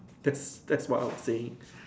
that's that's what I would saying